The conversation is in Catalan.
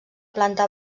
planta